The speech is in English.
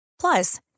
Plus